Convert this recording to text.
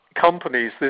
companies